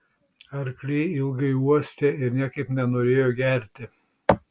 arkliai ilgai uostė ir niekaip nenorėjo gerti